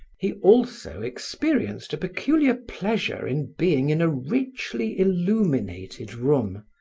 he also experienced a peculiar pleasure in being in a richly illuminated room,